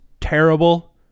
terrible